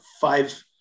five